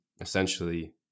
essentially